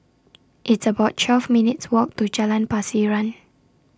It's about twelve minutes' Walk to Jalan Pasiran